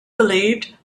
believed